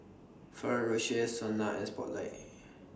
Ferrero Rocher Sona and Spotlight